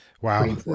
Wow